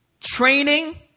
Training